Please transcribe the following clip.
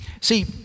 See